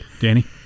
Danny